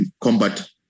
combat